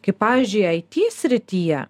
kaip pavyzdžiui it srityje